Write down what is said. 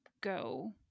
go